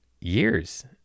years